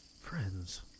Friends